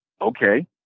Okay